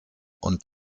und